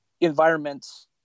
environments